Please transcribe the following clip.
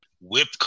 whip